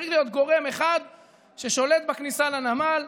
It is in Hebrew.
צריך להיות גורם אחד ששולט בכניסה לנמל,